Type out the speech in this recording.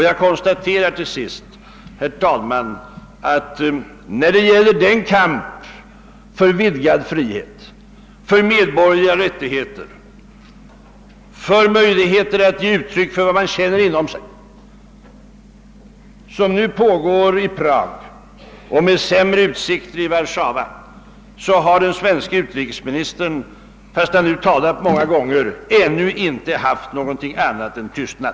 Jag konstaterar till sist, herr talman, att när det gäller den kamp för vidgad frihet, för medborgerliga rättigheter, för möjligheter att ge uttryck för vad man känner inom sig som nu pågår i Prag — och med sämre utsikter i Warszawa — så har den svenska utrikesministern, fastän han nu talat många gånger, inte haft någonting annat än tystnad.